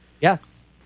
Yes